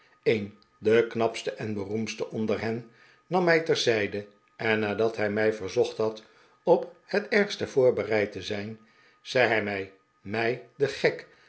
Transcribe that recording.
een de knapste en beroemdste onder hen nam mij terzijde en nadat hij mij verzocht had ophet ergste voorbereid te zijn zei hij mij mij den gek